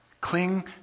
Cling